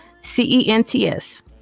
C-E-N-T-S